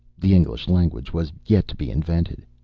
the english language was yet to be invented.